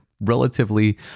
relatively